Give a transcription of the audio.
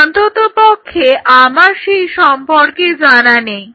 অন্ততপক্ষে আমার সেই সম্পর্কে জানা নেই